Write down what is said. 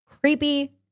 Creepy